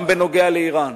גם בנוגע לאירן